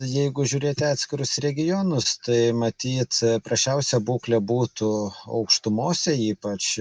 jeigu žiūrėti atskirus regionus tai matyt prasčiausia būklė būtų aukštumose ypač